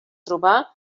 trobà